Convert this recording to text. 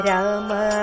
Rama